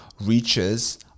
reaches